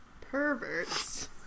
perverts